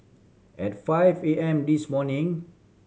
at five A M this morning